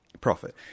profit